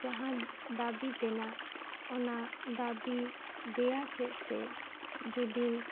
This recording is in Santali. ᱡᱟᱦᱟᱸ ᱫᱟᱹᱵᱤ ᱛᱮᱱᱟᱜ ᱚᱱᱟ ᱫᱟᱹᱵᱤ ᱫᱮᱭᱟ ᱥᱮᱫ ᱛᱮ ᱡᱩᱫᱤᱢ